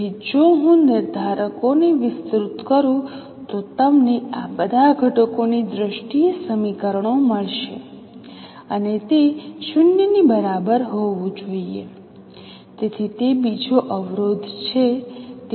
તેથી જો હું નિર્ધારકોને વિસ્તૃત કરું તો તમને આ બધા ઘટકોની દ્રષ્ટિએ સમીકરણો મળશે અને તે 0 ની બરાબર હોવું જોઈએ તેથી તે બીજો અવરોધ છે